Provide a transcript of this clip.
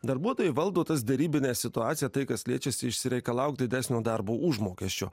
darbuotojai valdo tas derybinę situaciją tai kas liečiasi išsireikalauk didesnio darbo užmokesčio